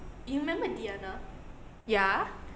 ya